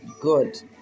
good